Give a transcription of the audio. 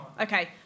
Okay